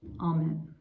Amen